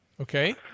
Okay